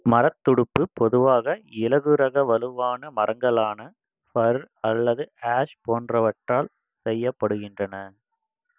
மர துடுப்பு பொதுவாக இலகுரக வலுவான மரங்களான ஃபர் அல்லது ஆஷ் போன்றவற்றால் செய்யப்படுகின்றன